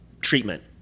treatment